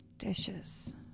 Dishes